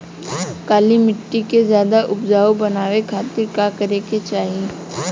काली माटी के ज्यादा उपजाऊ बनावे खातिर का करे के चाही?